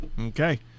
Okay